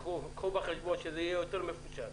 קחו בחשבון שזה יהיה יותר מפושט.